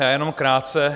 Jenom krátce.